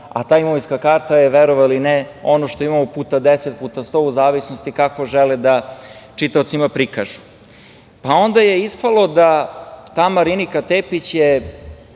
a ta imovinska karta je, verovali ili ne, ono što imamo puta 10, puta 100, u zavisnosti kako žele da čitaocima prikažu. Onda je ispalo da je ta Marinika Tepić ne